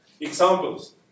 Examples